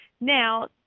Now